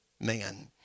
man